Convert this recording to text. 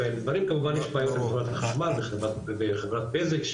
כמובן יש בעיות עם חברת החשמל וחברת בזק,